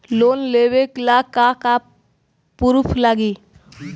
Loan लेबे ला का का पुरुफ लागि?